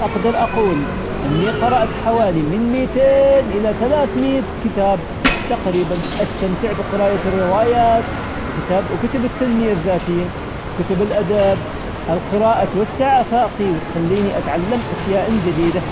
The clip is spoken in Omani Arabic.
أقدر أقول أني قرأت حوالي من مائتين إلى ثلاثمائة كتاب تقريبا، استمتع بقراءة الروايات وكتاب وكتب التنمية الذاتية كتب الآداب القراءة توسع أفاقي وتخليني أتعلم أشياء جديدة.